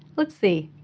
let's see,